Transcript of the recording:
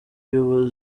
akaba